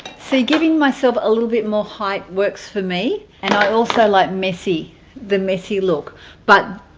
so giving myself a little bit more height works for me and i also like messy the messy look but